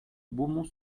beaumont